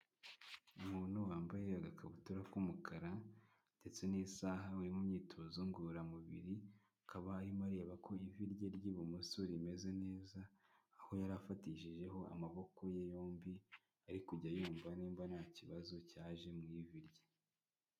Umuntu wambaye agakabutura k'umukara ndetse n'isaha, uri mu myitozo ngororamubiri, akaba arimo areba ko ivi rye ry'ibumoso rimeze neza, aho yari afatishijeho amaboko ye yombi, ari kujya yumva nimba nta kibazo cyaje mu vi rye.